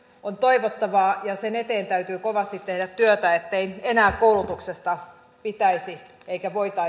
on toivottavaa ja sen eteen täytyy kovasti tehdä työtä ettei enää koulutuksesta pitäisi eikä voitaisi leikata